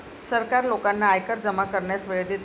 सरकार लोकांना आयकर जमा करण्यास वेळ देते